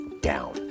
down